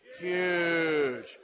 huge